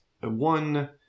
one